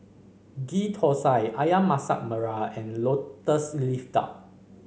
Ghee Thosai ayam Masak Merah and lotus leaf duck